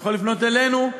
הוא יכול לפנות אלינו,